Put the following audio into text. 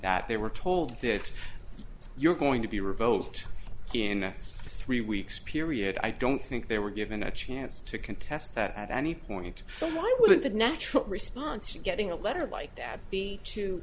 that they were told that you're going to be revote in three weeks period i don't think they were given a chance to contest that at any point so why wouldn't the natural response to getting a letter like that be to